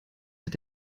hat